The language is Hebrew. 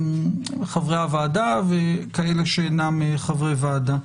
חברי הוועדה וכאלה שאינם חברי ועדה.